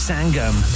Sangam